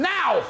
Now